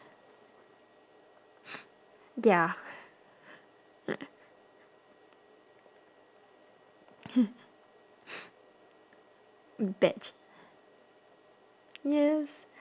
ya batch yes